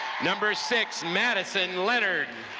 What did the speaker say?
number six, madison leonard.